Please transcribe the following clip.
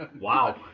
Wow